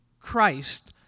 Christ